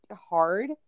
hard